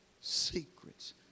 secrets